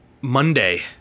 Monday